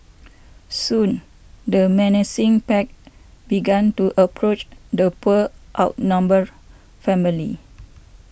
soon the menacing pack began to approach the poor outnumbered family